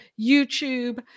YouTube